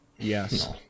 yes